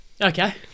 Okay